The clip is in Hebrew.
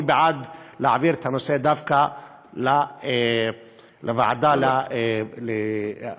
אני בעד להעביר את הנושא דווקא לוועדת העבודה,